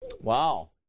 Wow